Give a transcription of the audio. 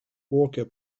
walker